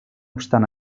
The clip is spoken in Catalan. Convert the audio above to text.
obstant